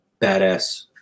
badass